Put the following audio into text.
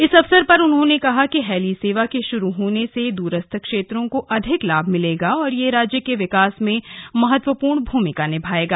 इस अवसर पर उन्होंने कहा कि हैली सेवा के शुरू होने से दूरस्थ क्षेत्रों को अधिक लाभ मिलेगा और यह राज्य के विकास में महत्वपूर्ण भूमिका निभाएगा